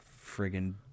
Friggin